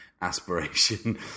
aspiration